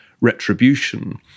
retribution